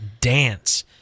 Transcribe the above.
dance